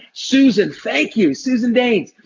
susan, thank you, susan daines,